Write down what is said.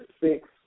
six